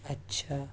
اچھا